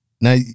Now